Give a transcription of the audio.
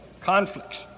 conflicts